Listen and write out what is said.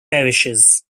parishes